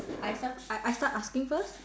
I start I start asking first